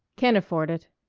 can't afford it.